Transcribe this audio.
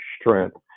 strength